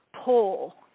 pull